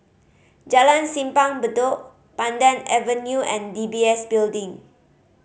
Jalan Simpang Bedok Pandan Avenue and D B S Building